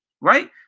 right